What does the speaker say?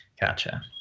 Gotcha